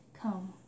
come